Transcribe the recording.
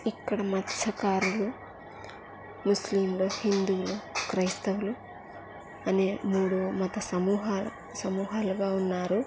ఇక్కడ మత్స్యకారులు ముస్లింలు హిందువులు క్రైస్తవులు అనే మూడు మత సమూహాల సమూహాలుగా ఉన్నారు